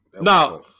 Now